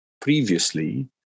previously